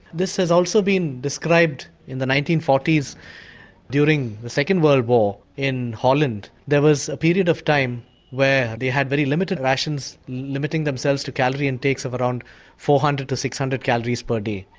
this has also been described in the nineteen forty s during the second world war in holland there was a period of time where they had very limited rations, limiting themselves to calorie intakes of around four hundred to six hundred calories per day.